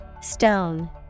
Stone